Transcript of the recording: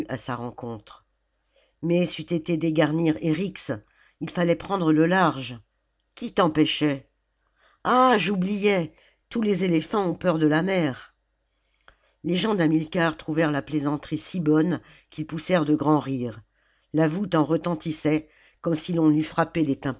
à sa rencontre mais c'eût été dégarnn erjx ii fallait prendre le large qui t'empêchait ah j'oubliais tous les éléphants ont peur de la mer les gens d'hamilcar trouvèrent la plaisanterie si bonne qu'ils poussèrent de grands rires la voûte en retentissait comme si l'on eût frappé